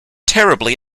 terribly